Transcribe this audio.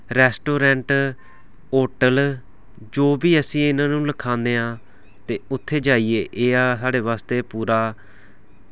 restaurant hotel जो बी अस इनां नूं लखाने आं ते उत्थें जाइयै एह् साढ़े वास्ते पूरा